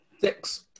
Six